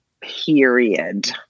Period